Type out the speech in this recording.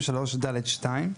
סעיף 33(ד)(2)